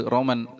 Roman